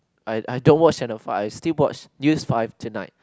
I I don't watch Channel Five I still watch News Five tonight